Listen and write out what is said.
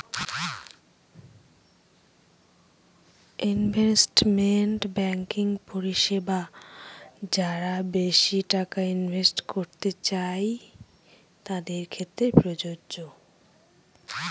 investment banking পরিষেবা যারা বেশি টাকা ইনভেস্ট করতে চাই তাদের ক্ষেত্রে প্রযোজ্য